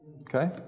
Okay